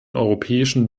europäischen